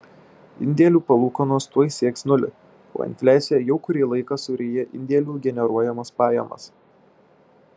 indėlių palūkanos tuoj sieks nulį o infliacija jau kurį laiką suryja indėlių generuojamas pajamas